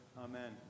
Amen